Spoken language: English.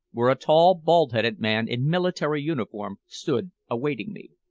where a tall bald-headed man in military uniform stood awaiting me.